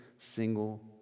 single